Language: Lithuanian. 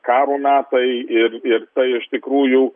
karo metai ir ir tai iš tikrųjų